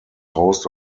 host